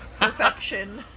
perfection